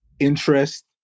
interest